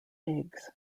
eggs